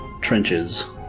trenches